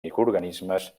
microorganismes